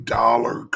dollar